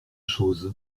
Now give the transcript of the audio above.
chose